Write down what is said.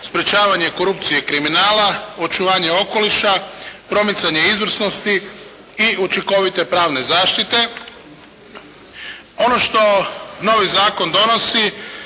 sprječavanje korupcije i kriminala, očuvanje okoliša, promicanje izvrsnosti i učinkovite pravne zaštite. Ono što novi zakon donosi